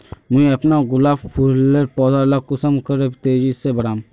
मुई अपना गुलाब फूलेर पौधा ला कुंसम करे तेजी से बढ़ाम?